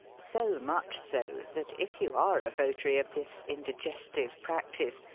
so much so, that if you are a votary of this indigestive practice,